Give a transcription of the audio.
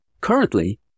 currently